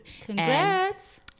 Congrats